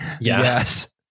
Yes